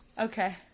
Okay